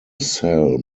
cell